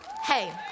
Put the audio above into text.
Hey